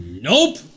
Nope